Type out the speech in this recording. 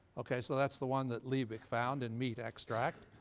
okay, so that's the one that liebig found in meat extract.